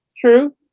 True